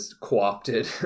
co-opted